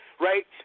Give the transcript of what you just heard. right